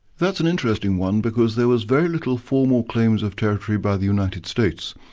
that's an interesting one, because there was very little formal claims of territory by the united states.